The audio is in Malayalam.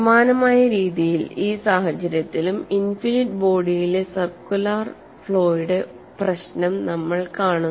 സമാനമായ രീതിയിൽ ഈ സാഹചര്യത്തിലും ഇനിഫിനിറ്റ് ബോഡിയിലെ ഒരു സർക്കുലർ ഫ്ലോയുടെ പ്രശ്നം നമ്മൾ കാണുന്നു